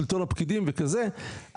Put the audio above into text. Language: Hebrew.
שלטון הפקידים וכזה,